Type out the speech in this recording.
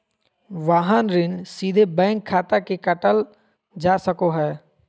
वाहन ऋण सीधे बैंक खाता से काटल जा सको हय